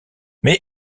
mais